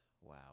wow